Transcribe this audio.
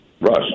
rush